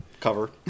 cover